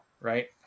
right